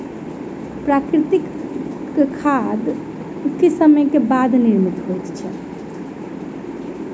प्राकृतिक खाद किछ समय के बाद निर्मित होइत अछि